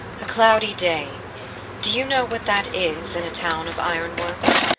a cloudy day do you know what that is in a town of iron-works?